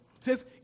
Says